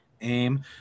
aim